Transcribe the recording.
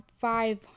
Five